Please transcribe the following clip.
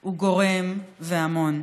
הוא גורם, והמון.